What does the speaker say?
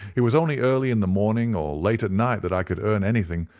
it was only early in the morning or late at night that i could earn anything,